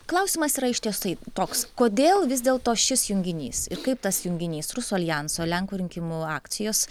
klausimas yra iš tiesų toks kodėl vis dėl to šis junginys ir kaip tas junginys rusų aljanso lenkų rinkimų akcijos